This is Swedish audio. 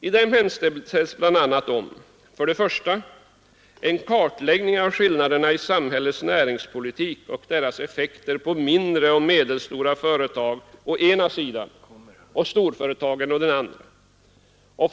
I den hemställs för det första om en kartläggning av skillnaderna i samhällets näringspolitik och deras effekter på mindre och medelstora företag å ena sidan och storföretagen å den andra sidan.